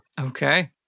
Okay